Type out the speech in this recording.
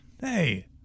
Hey